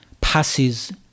passes